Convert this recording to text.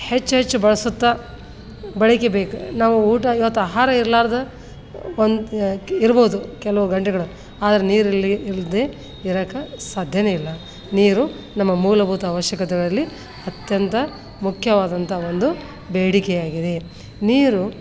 ಹೆಚ್ಚು ಹೆಚ್ಚು ಬಳಸುತ್ತ ಬಳಕೆ ಬೇಕು ನಾವು ಊಟ ಇವತ್ತು ಆಹಾರ ಇರ್ಲಾರ್ದೆ ಒಂದು ಕಿ ಇರ್ಬೋದು ಕೆಲವು ಗಂಟೆಗಳು ಆದರೆ ನೀರಿಲ್ಲದೆ ಇಲ್ಲದೆ ಇರಕ್ಕ ಸಾಧ್ಯವೇ ಇಲ್ಲ ನೀರು ನಮ್ಮ ಮೂಲಭೂತ ಅವಶ್ಯಕತೆಗಳಲ್ಲಿ ಅತ್ಯಂತ ಮುಖ್ಯವಾದಂಥ ಒಂದು ಬೇಡಿಕೆಯಾಗಿದೆ ನೀರು